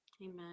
Amen